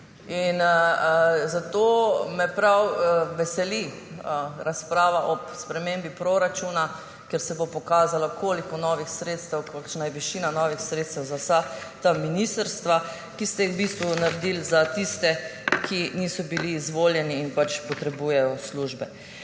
Zato me prav veseli razprava ob spremembi proračuna, ker se bo pokazalo, kolikšna je višina novih sredstev za vsa ta ministrstva, ki ste jih v bistvu naredili za tiste, ki niso bili izvoljeni in pač potrebujejo službe.